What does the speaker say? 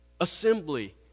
assembly